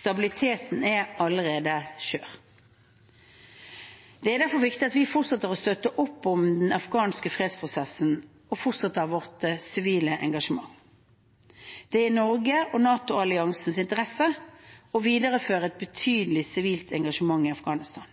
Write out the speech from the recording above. Stabiliteten er allerede skjør. Det er derfor viktig at vi fortsetter å støtte opp om den afghanske fredsprosessen og fortsetter vårt sivile engasjement. Det er i Norges og NATO-alliansens interesse å videreføre et betydelig sivilt engasjement i Afghanistan.